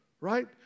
Right